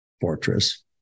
fortress